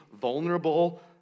vulnerable